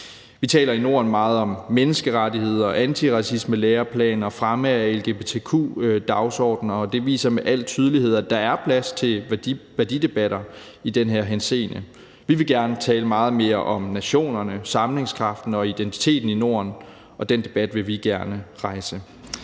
Vi taler i Norden meget om menneskerettigheder, antiracismelæreplaner og fremme af lgbtq-dagsordener, og det viser med al tydelighed, at der er plads til værdidebatter i den her henseende. Vi vil gerne tale meget mere om nationerne, sammenhængskraften og identiteten i Norden, og den debat vil vi gerne rejse.